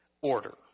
order